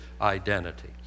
identity